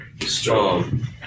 Strong